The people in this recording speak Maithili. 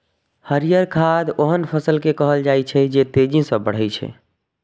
हरियर खाद ओहन फसल कें कहल जाइ छै, जे तेजी सं बढ़ै छै